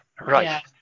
Right